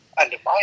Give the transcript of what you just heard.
undermine